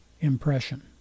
impression